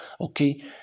okay